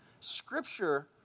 Scripture